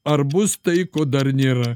ar bus tai ko dar nėra